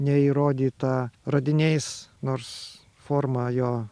neįrodyta radiniais nors forma jo